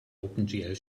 opengl